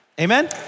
Amen